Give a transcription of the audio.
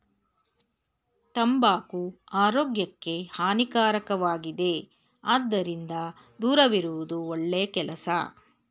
ತಂಬಾಕು ಆರೋಗ್ಯಕ್ಕೆ ಹಾನಿಕಾರಕವಾಗಿದೆ ಅದರಿಂದ ದೂರವಿರುವುದು ಒಳ್ಳೆ ಕೆಲಸ